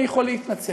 אני יכול להתנצל,